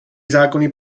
zákony